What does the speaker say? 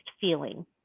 feeling